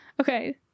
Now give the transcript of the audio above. Okay